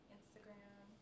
Instagram